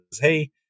Hey